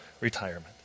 retirement